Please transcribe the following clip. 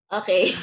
okay